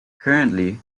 currently